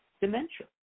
dementia